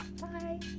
Bye